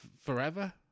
forever